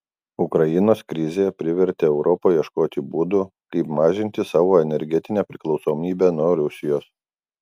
ukrainos krizė privertė europą ieškoti būdų kaip mažinti savo energetinę priklausomybę nuo rusijos